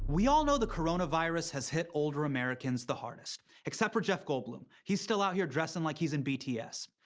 we all know the coronavirus has hit older americans the hardest. except for jeff goldblum. he's still out here dressing like he's in bts.